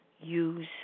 use